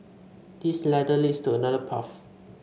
this ladder leads to another path